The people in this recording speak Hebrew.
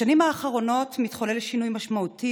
בשנים האחרונות מתחולל שינוי משמעותי